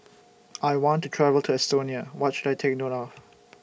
I want to travel to Estonia What should I Take note of